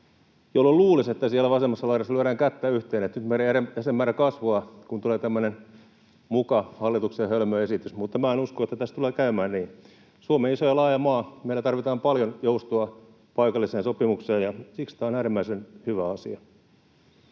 jolloin luulisi, että siellä vasemmassa laidassa lyödään kättä yhteen, että nyt meidän jäsenmäärä kasvaa, kun tulee tämmöinen muka hallituksen hölmö esitys. Mutta minä en usko, että tässä tulee käymään niin. Suomi on iso ja laaja maa. Meillä tarvitaan paljon joustoa paikalliseen sopimukseen, ja siksi tämä on äärimmäisen hyvä asia.